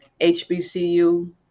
HBCU